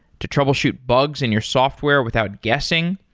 to troubleshoot bugs in your software without guessing.